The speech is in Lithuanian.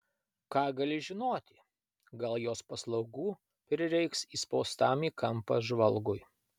ką gali žinoti gal jos paslaugų prireiks įspaustam į kampą žvalgui